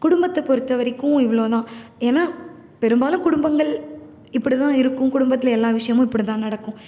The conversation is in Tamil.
குடும்பத்தை பொறுத்தவரைக்கும் இவ்வளோதான் ஏன்னா பெரும்பாலும் குடும்பங்கள் இப்படித்தான் இருக்கும் குடும்பத்தில் எல்லா விஷயமும் இப்படித்தான் நடக்கும்